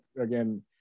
again